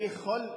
אני אומר: